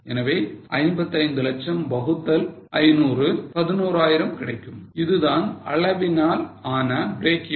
எனவே 55 லட்சம் வகுத்தல் 500 11000 கிடைக்கும் இதுதான் அளவினால் ஆன breakeven point